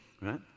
right